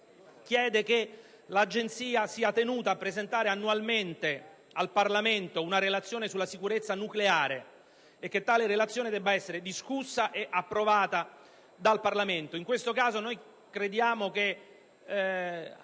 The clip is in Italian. chiede che l'Agenzia sia tenuta a presentare annualmente al Parlamento una relazione sulla sicurezza nucleare e che tale relazione debba essere discussa e approvata dal Parlamento stesso. In questo caso crediamo,